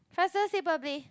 faster say properly